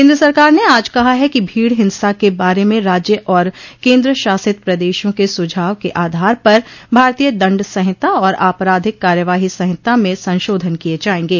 केन्द्र सरकार ने आज कहा है कि भीड़ हिंसा के बारे में राज्य और केन्द्र शासित प्रदेशों के सुझाव के आधार पर भारतीय दंड संहिता और आपराधिक कार्यवाही संहिता म संशोधन किये जायेंगे